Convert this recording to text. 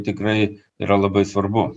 tikrai yra labai svarbu